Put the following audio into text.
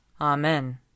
Amen